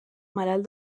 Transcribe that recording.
malalt